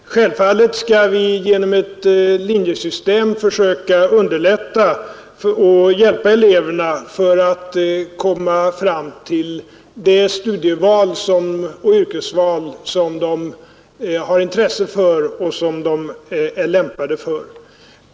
Herr talman! Självfallet skall vi genom ett linjesystem försöka underlätta för och hjälpa eleverna att komma fram till de studieval och yrkesval som de har intresse för och som de är lämpade för.